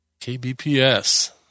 KBPS